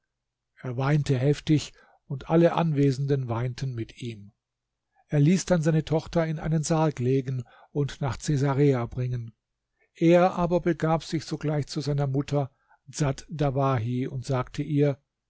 er weinte heftig und alle anwesenden weinten mit ihm er ließ dann seine tochter in einen sarg legen und nach cäsarea bringen er aber begab sich sogleich zu seiner mutter dsat dawahi und sagte ihr